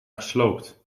gesloopt